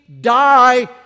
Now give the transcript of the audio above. die